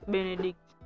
Benedict